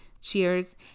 Cheers